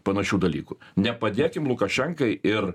panašių dalykų nepadėkim lukašenkai ir